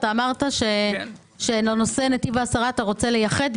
אתה אמרת שלנושא נתיב העשרה אתה רוצה לייחד,